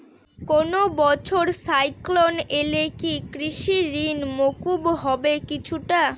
কোনো বছর সাইক্লোন এলে কি কৃষি ঋণ মকুব হবে কিছুটা?